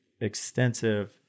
extensive